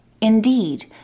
Indeed